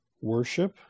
worship